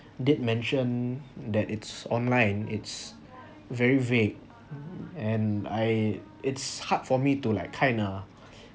did mention that it's online it's very vague and I it's hard for me to like kind of